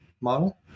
model